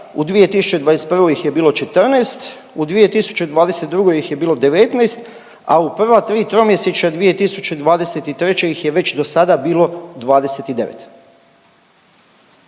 u 2021. ih je bilo 14, u 2022. ih je bilo 19, a u prva tri tromjesečja 2023. ih je već do sada bilo 29.